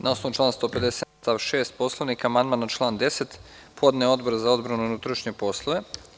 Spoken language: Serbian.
Na osnovu člana 150. stav 6. Poslovnika amandman na član 10. podneo je Odbor za odbranu i unutrašnje poslove.